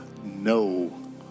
No